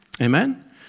Amen